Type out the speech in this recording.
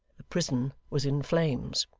the prison was in flames.